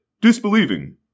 disbelieving